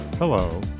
Hello